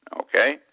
okay